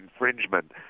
infringement